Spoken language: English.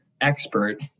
expert